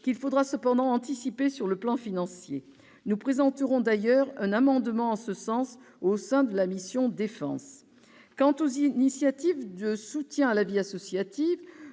qu'il faudra cependant anticiper sur le plan financier. Nous présenterons, d'ailleurs, un amendement en ce sens au sein de la mission « Défense ». Quant aux initiatives de soutien à la vie associative,